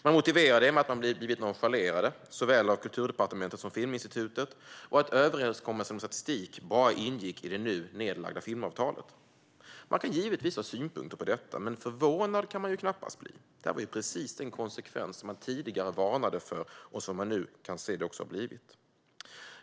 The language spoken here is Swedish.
De motiverar det med att de har blivit nonchalerade av såväl Kulturdepartementet som Filminstitutet och att överenskommelsen om statistik bara ingick i det nu nedlagda filmavtalet. Man kan givetvis ha synpunkter på detta, men förvånad kan man knappast bli. Det var ju precis den konsekvens de tidigare varnade för, och man kan nu se att det också blivit så.